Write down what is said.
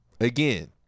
again